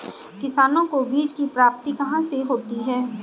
किसानों को बीज की प्राप्ति कहाँ से होती है?